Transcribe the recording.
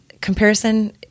comparison